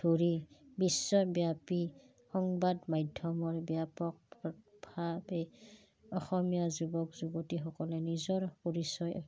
ধৰি বিশ্বব্যাপী সংবাদ মাধ্যমৰ ব্যাপকভাৱে অসমীয়া যুৱক যুৱতীসকলে নিজৰ পৰিচয়